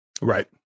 Right